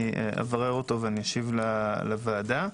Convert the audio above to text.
אברר ואשיב לוועדה.